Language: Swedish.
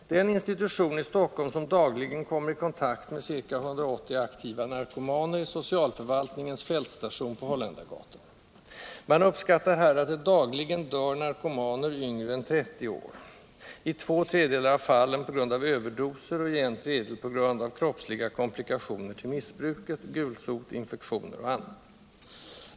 Den institution i Stockholm som dagligen kommer i kontakt med ca 180 aktiva narkomaner är socialförvaltningens fältstation på Holländargatan. Man uppskattar här att det dagligen dör narkomaner yngre än 30 år, i två tredjedelar av fallen på grund av överdoser och i en tredjedel på grund av kroppsliga komplikationer till missbruket — gulsot, infektioner och annat.